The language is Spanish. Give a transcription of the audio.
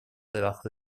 debajo